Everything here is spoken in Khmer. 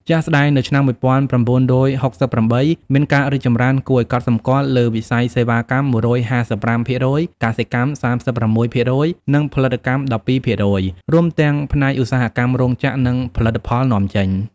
ជាក់ស្តែង នៅឆ្នាំ១៩៦៨ មានការរីកចម្រើនគួរឱ្យកត់សម្គាល់លើវិស័យសេវាកម្ម ១៥៥% កសិកម្ម ៣៦% និងផលិតកម្ម ១២% រួមទាំងផ្នែកឧស្សាហកម្មរោងចក្រ និងផលិតផលនាំចេញ។